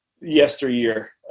yesteryear